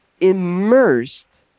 immersed